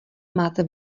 máte